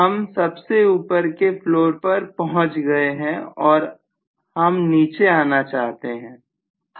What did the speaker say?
हम सबसे ऊपर के फ्लोर पर पहुंच गए हैं और हम नीचे आना चाहते हैं